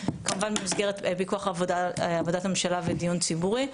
כמובן במסגרת פיקוח עבודת הממשלה ודיון ציבורי.